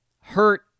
hurt